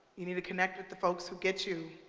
you need to connect with the folks who get you,